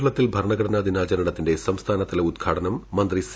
കേരളത്തിൽ ഭരണഘടനാ ദിനാചരണത്തിന്റെ സംസ്ഥാനതല ഉദ്ഘാടനം മന്ത്രി സി